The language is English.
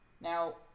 Now